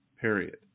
Period